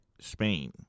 Spain